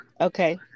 Okay